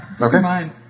Okay